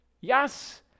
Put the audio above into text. Yes